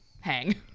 hang